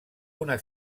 una